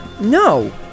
no